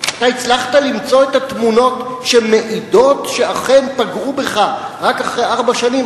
אתה הצלחת למצוא את התמונות שמעידות שאכן פגעו בך רק אחרי ארבע שנים,